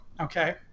okay